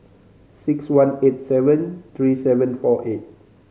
six one eight seven three seven four eight